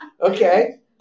Okay